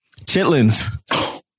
Chitlins